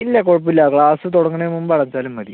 ഇല്ല കുഴപ്പമില്ല ക്ലാസ് തുടങ്ങണേനു മുമ്പ് അറിയിച്ചാലും മതി